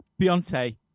Beyonce